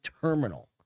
terminal